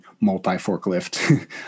multi-forklift